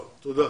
תודה.